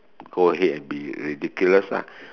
go ahead and be ridiculous lah